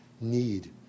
need